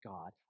God